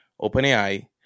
OpenAI